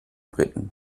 briten